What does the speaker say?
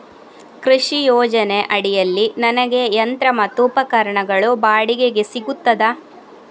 ಕೃಷಿ ಯೋಜನೆ ಅಡಿಯಲ್ಲಿ ನನಗೆ ಯಂತ್ರ ಮತ್ತು ಉಪಕರಣಗಳು ಬಾಡಿಗೆಗೆ ಸಿಗುತ್ತದಾ?